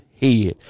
head